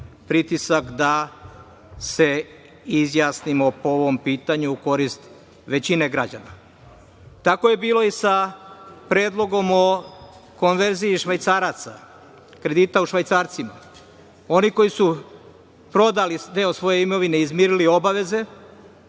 pritisak da se izjasnimo po ovom pitanju u korist većine građana. Tako je bilo i sa predlogom o konverziji švajcaraca, kredita u švajcarcima. Oni koji su prodali deo svoje imovine, izmirili obaveze,